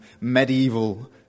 medieval